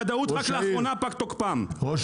אני אומר לך שבוודאות רק לאחרונה פג תוקפם --- רגע,